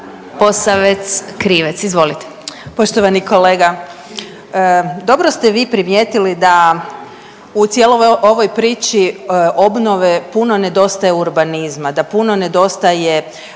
(Socijaldemokrati)** Poštovan kolega. Dobro ste vi primijetili da u cijeloj ovoj priči obnove puno nedostaje urbanizma, da puno nedostaje